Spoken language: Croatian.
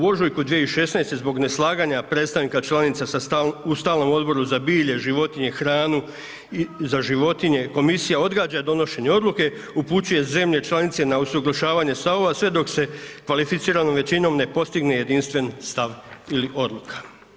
U ožujku 2016. zbog neslaganja prestanka članica u stalnom Odboru za bilje, životinje, hranu, i za životinje, komisija odgađa donošenje odluke, upućuje zemlje članice na usuglašavanje stavova sve dok se kvalificiranom većinom ne postigne jedinstven stav ili odluka.